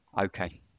Okay